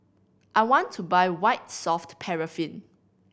I want to buy White Soft Paraffin